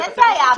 אין בעיה,